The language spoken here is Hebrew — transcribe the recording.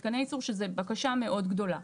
מתקני ייצור, שזו בקשה מאוד גדולה.